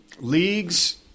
leagues